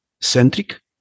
centric